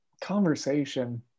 conversation